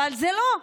אבל זה לא.